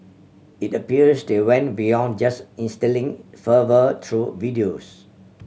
it appears they went beyond just instilling fervour through videos